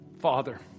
Father